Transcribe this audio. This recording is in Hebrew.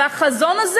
והחזון הזה